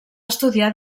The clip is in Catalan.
estudiar